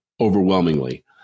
overwhelmingly